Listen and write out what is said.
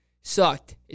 Sucked